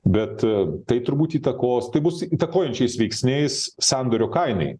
bet tai turbūt įtakos tai bus įtakojančiais veiksniais sandorio kainai